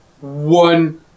one